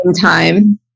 time